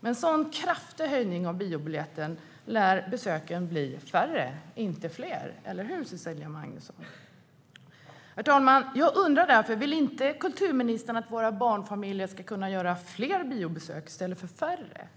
Med en sådan kraftig höjning av priset på biobiljetten lär besöken bli färre och inte fler, eller hur, Cecilia Magnusson? Herr talman! Jag undrar därför: Vill inte kulturministern att våra barnfamiljer ska kunna göra fler biobesök i stället för färre?